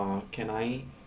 uh can I